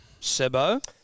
Sebo